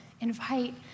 invite